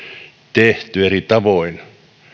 tehty eri tavoin